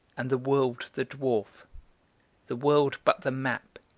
and the world the dwarf the world but the map,